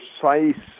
precise